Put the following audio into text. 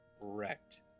wrecked